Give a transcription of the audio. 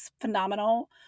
phenomenal